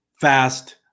fast